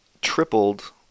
tripled